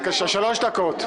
שלוש דקות.